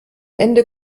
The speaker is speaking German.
ende